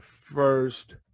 first